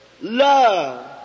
love